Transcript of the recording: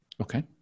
Okay